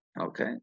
okay